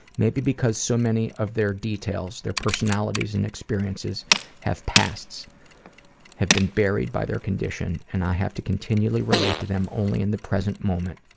maybe because so many of their details, their personalities, and their experiences have pasts have been buried by their condition and i have to continually relate to them only in the present moment.